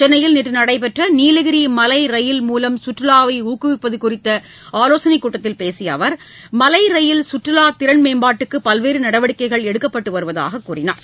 சென்னையில் நேற்று நடைபெற்ற நீலகிரி மலை ரயில் மூலம் சுற்றுவாவை ஊக்குவிப்பது சுறித்த ஆலோசனைக் கூட்டத்தில் பேசிய அவர் மலை ரயில் கற்றுலா திறன் மேம்பாட்டுக்கு பல்வேறு நடவடிக்கைகள் எடுக்கப்பட்டு வருவதாகக் கூறினார்